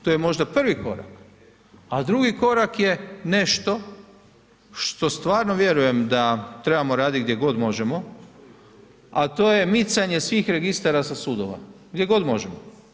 To je možda prvi korak, al drugi korak je nešto što stvarno vjerujem da trebamo radit gdje možemo, a to je micanje svih registara sa sudova gdje god možemo.